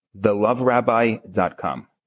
theloverabbi.com